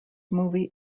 movie